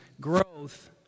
growth